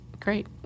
Great